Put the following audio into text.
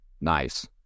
Nice